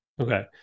Okay